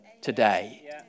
today